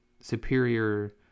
superior